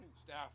Staff